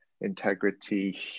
integrity